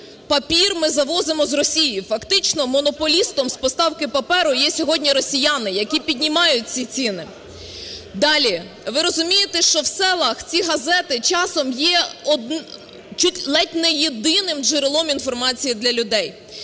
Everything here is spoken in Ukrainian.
папір ми завозимо з Росії, фактично монополістом з поставки паперу є сьогодні росіяни, які піднімають ці ціни. Далі. Ви розумієте, що в селах ці газети часом є ледь не єдиним джерелом інформації для людей.